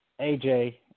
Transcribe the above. AJ